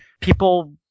people